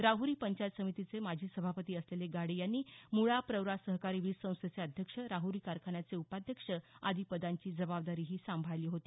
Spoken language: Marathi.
राहरी पंचायत समितीचे माजी सभापती असलेले गाडे यांनी मुळा प्रवरा सहकारी वीज संस्थेचे अध्यक्ष राहरी कारखान्याचे उपाध्यक्ष आदी पदांची जबाबदारीही सांभाळली होती